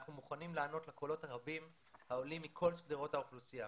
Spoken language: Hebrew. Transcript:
אנחנו מוכנים לענות לקולות הרבים העולים מכל שדרות האוכלוסייה,